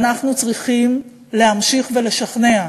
אנחנו צריכים להמשיך לשכנע,